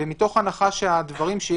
מתוך הנחה שיש